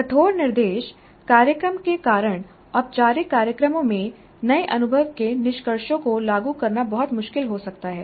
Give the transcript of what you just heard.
कठोर निर्देश कार्यक्रम के कारण औपचारिक कार्यक्रमों में नए अनुभव के निष्कर्षों को लागू करना बहुत मुश्किल हो सकता है